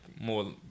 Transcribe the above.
more